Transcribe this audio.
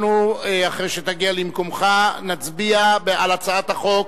אנחנו, אחרי שתגיע למקומך, נצביע על הצעת החוק,